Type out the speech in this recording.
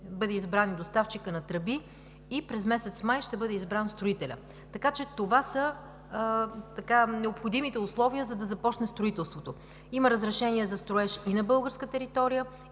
бъде избран и доставчикът на тръби и през месец май ще бъде избран строителят. Така че това са необходимите условия, за да започне строителството – има разрешение за строеж и на българска територия,